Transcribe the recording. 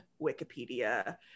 Wikipedia